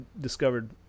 discovered